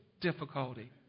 difficulty